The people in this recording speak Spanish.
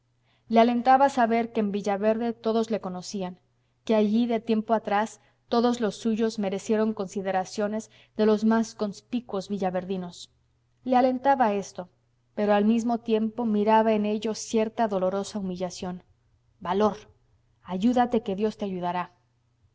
le alentaba saber que en villaverde todos le conocían que allí de tiempo atrás todos los suyos merecieron consideraciones de los más conspicuos villaverdinos le alentaba esto pero al mismo tiempo miraba en ello cierta dolorosa humillación valor ayúdate que dios te ayudará